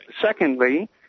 secondly